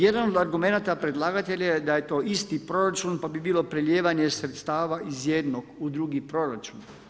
Jedan od argumenata predlagatelja je da je to isti proračun pa bi bilo prelijevanje sredstava iz jednog u drugi proračun.